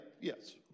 yes